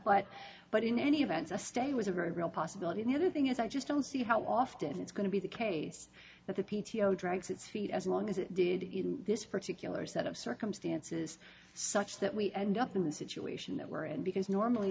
but but in any event a stay was a very real possibility in the other thing as i just don't see how often it's going to be the case that the p t o drags its feet as long as it did in this particular set of circumstances such that we end up in a situation that we're in because normally